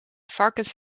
varkens